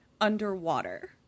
Underwater